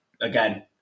again